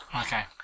Okay